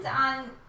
on